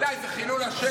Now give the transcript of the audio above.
די, זה חילול השם.